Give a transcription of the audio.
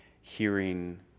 hearing